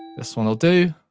this one will do,